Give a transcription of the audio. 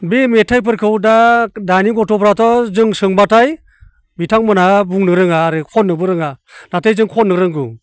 बे मेथाइफोरखौ दा दानि गथ'फ्राथ' जों सोंबाथाय बिथांमोना बुंनो रोङा आरो खननोबो रोङा नाथाय जों खननो रोंगौ